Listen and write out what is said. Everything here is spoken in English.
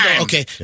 Okay